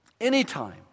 anytime